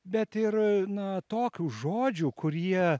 bet ir na tokių žodžių kurie